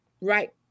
Right